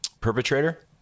Perpetrator